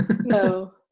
No